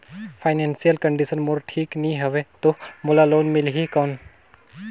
Financial condition मोर ठीक नी हवे तो मोला लोन मिल ही कौन??